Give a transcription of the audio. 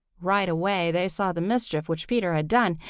right away they saw the mischief which peter had done,